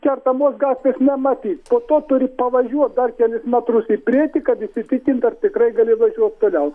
kertamos gatvės nematyt po to turi pavažiuot dar kelis metrus į priekį kad įsitikint ar tikrai gali važiuot toliau